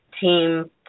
team